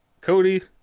Cody